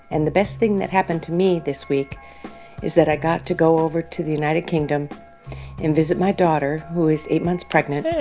and the best thing that happened to me this week is that i got to go over to the united kingdom and visit my daughter, who is eight months pregnant. hey.